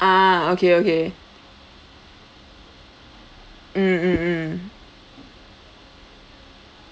ah okay okay mm mm mm